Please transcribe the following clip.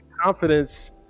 confidence